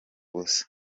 busa